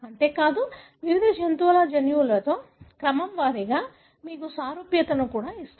అంతే కాదు వివిధ జంతువుల జన్యువుతో క్రమం వారీగా మీకు సారూప్యతను కూడా ఇస్తుంది